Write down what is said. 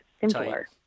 simpler